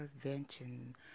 Prevention